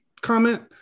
comment